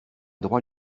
droit